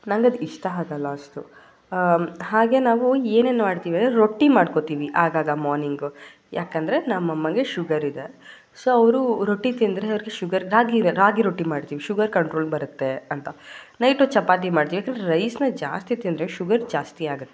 ನಂಗದು ಇಷ್ಟ ಆಗಲ್ಲ ಅಷ್ಟು ಹಾಗೇ ನಾವು ಏನೇನು ಮಾಡ್ತೀವಂದ್ರೆ ರೊಟ್ಟಿ ಮಾಡ್ಕೋತೀವಿ ಆಗಾಗ ಮಾರ್ನಿಂಗು ಯಾಕಂದರೆ ನಮ್ಮಅಮ್ಮನಿಗೆ ಶುಗರ್ ಇದೆ ಸೊ ಅವರು ರೊಟ್ಟಿ ತಿಂದರೆ ಅವ್ರಿಗೆ ಶುಗರ್ ರಾಗಿ ರಾಗಿ ರೊಟ್ಟಿ ಮಾಡ್ತೀವಿ ಶುಗರ್ ಕಂಟ್ರೋಲ್ ಬರುತ್ತೆ ಅಂತ ನೈಟು ಚಪಾತಿ ಮಾಡ್ತೀವಿ ಯಾಕಂದರೆ ರೈಸನ್ನು ಜಾಸ್ತಿ ತಿಂದರೆ ಶುಗರ್ ಜಾಸ್ತಿ ಆಗುತ್ತೆ